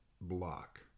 block